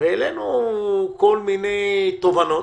והעלינו כל מיני תובנות.